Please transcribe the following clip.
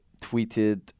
tweeted